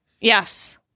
Yes